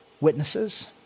witnesses